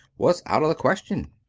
was out of the question.